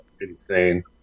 insane